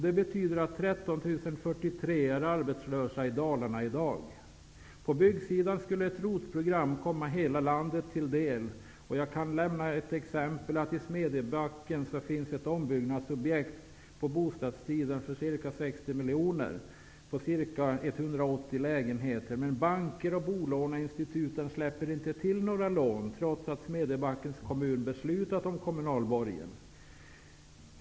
Det betyder att 13 043 är arbetslösa i På byggsidan skulle ett ROT-program komma hela landet till del. Jag kan nämna ett exempel. I miljoner. Men banker och bolåneinstituten släpper inte till några lån, trots att Smedjebackens kommun beslutat om kommunal borgen.